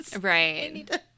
Right